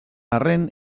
arren